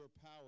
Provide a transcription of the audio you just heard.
power